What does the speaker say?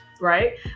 right